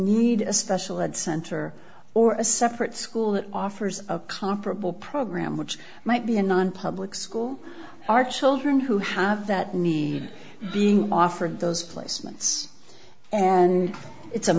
need a special ed center or a separate school that offers a comparable program which might be a nonpublic school our children who have that need being offered those placements and it's